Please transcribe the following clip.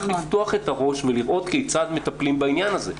צריך לפתוח את הראש ולראות כיצד מטפלים בעניין הזה.